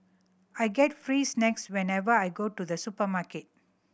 I get free snacks whenever I go to the supermarket